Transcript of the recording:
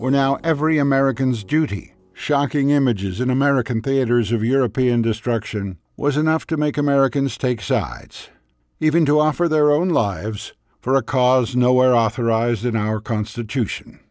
were now every american's duty shocking images in american theaters of european destruction was enough to make americans take sides even to offer their own lives for a cause nowhere authorized in our constitution